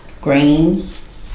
grains